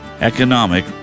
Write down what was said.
economic